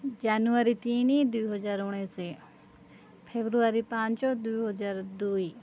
ଜାନୁଆରୀ ତିନି ଦୁଇହଜାର ଉଣେଇଶ ଫେବୃଆରୀ ପାଞ୍ଚ ଦୁଇହଜାର ଦୁଇ